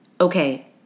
Okay